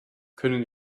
können